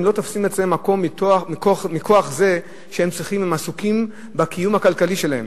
לא תופסים אצלם מקום מכוח זה שהם עסוקים בקיום הכלכלי שלהם.